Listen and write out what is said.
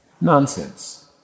Nonsense